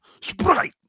Sprite